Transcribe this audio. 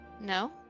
No